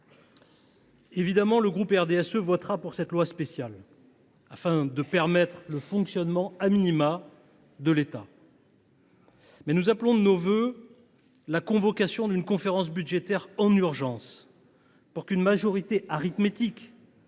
Évidemment, le groupe RDSE votera en faveur de cette loi spéciale, afin de permettre un fonctionnement minimal de l’État. Mais nous appelons de nos vœux la convocation en urgence d’une conférence budgétaire, pour qu’une majorité arithmétique